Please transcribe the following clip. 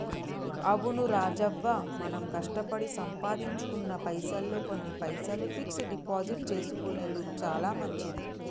అవును రాజవ్వ మనం కష్టపడి సంపాదించుకున్న పైసల్లో కొన్ని పైసలు ఫిక్స్ డిపాజిట్ చేసుకొనెడు చాలా మంచిది